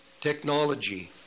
technology